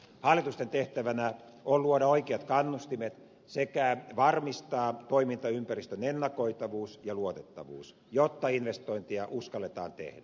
hallitusten tehtävänä on luoda oikeat kannustimet sekä varmistaa toimintaympäristön ennakoitavuus ja luotettavuus jotta investointeja uskalletaan tehdä